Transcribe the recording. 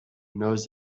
knows